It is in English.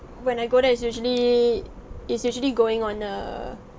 when I go there it's usually it's usually going on err